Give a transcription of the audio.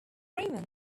freeman